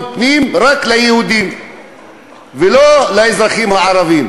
פנים רק ליהודים ולא לאזרחים הערבים.